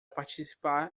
participar